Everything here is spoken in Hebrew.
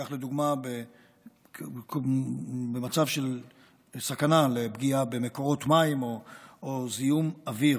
כך לדוגמה במצב של סכנה לפגיעה במקורות מים או זיהום אוויר.